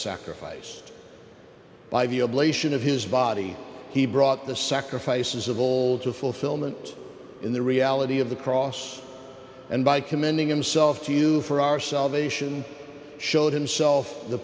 sacrificed by the ablation of his body he brought the sacrifices of old to fulfillment in the reality of the cross and by commending himself to for our salvation showed himself the